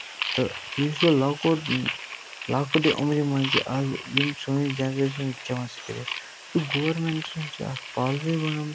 تہٕ یُس یہِ لۄکُٹ لۄکٹہِ عُمرِ منٛز چھِ آز یِم سٲنۍ جَنریشَن چھِ چٮ۪وان سگرے تہٕ گورمٮ۪نٛٹَن چھِ اَکھ پالسی بَنومُہ